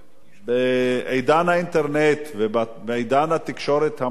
בעידן האינטרנט ובעידן התקשורת המודרנית,